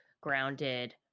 grounded